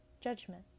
Judgment